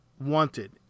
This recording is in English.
wanted